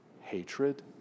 Hatred